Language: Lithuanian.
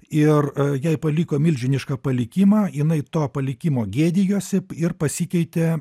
ir jai paliko milžinišką palikimą jinai to palikimo gėdijosi ir pasikeitė